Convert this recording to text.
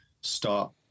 start